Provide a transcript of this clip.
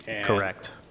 Correct